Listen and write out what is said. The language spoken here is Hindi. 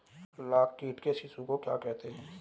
लाख कीट के शिशु को क्या कहते हैं?